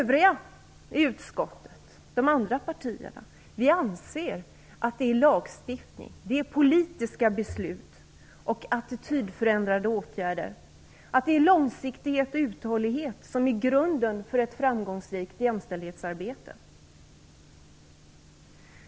Vi i de övriga partierna i utskottet anser att det är lagstiftning, politiska beslut och attitydförändrande åtgärder, långsiktighet och uthållighet som är grunden för ett framgångsrikt jämställdhetsarbete.